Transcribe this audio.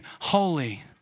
holy